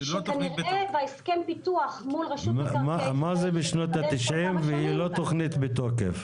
שכנראה בהסכם הפיתוח מול -- מה זה משנות ה-90 והיא לא תכנית בתוקף?